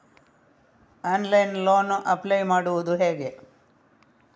Online loan apply ಮಾಡುವುದು ಹೇಗೆ?